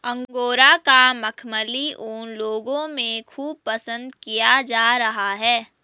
angora का मखमली ऊन लोगों में खूब पसंद किया जा रहा है